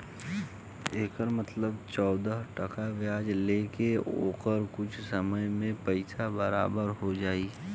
एकर मतलब चौदह टका ब्याज ले के ओकर कुछ समय मे पइसा बराबर हो जाई